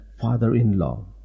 father-in-law